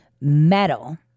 metal